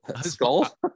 skull